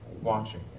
watching